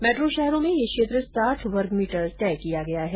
metro शहरों में यह क्षेत्र साठ वर्ग मीटर तय किया गया है